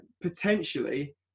potentially